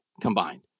combined